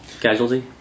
casualty